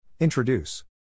Introduce